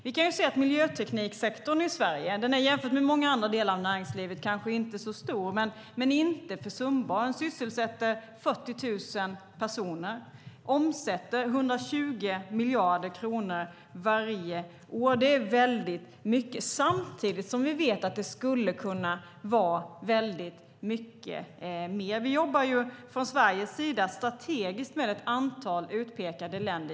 Vi kan se att miljötekniksektorn i Sverige kanske inte är så stor jämfört med många andra delar av näringslivet, men den är inte försumbar. Den sysselsätter 40 000 personer och omsätter 120 miljarder kronor varje år. Det är väldigt mycket. Samtidigt vet vi att det skulle kunna vara mycket mer. Vi jobbar från Sveriges sida strategiskt med ett antal utpekade länder.